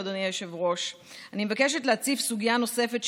למרות שהיא איננה מפקחת על אף אחד ממשרדי